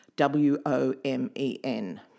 W-O-M-E-N